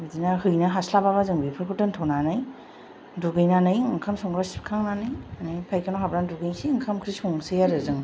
बिदिनो हैनो हास्लाबाब्ला जों बेफोरखौ दोनथ'नानै दुगैनानै ओंखाम संग्रा सिबखांनानै नै फाइखानायाव हाबनान दुगैनोसै ओंखाम ओंख्रि संसै आरो जों